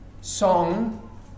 song